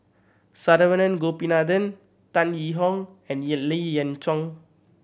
Saravanan Gopinathan Tan Yee Hong and Lien Ying Chow